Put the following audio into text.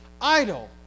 idle